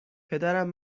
پدرم